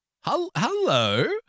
Hello